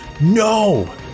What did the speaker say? No